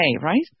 right